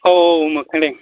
औ औ मोखायदों